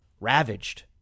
ravaged